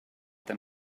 them